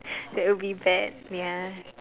that will be bad ya